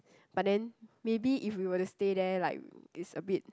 but then maybe if we were to stay there like it's a bit